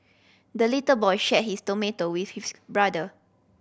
the little boy shared his tomato with his brother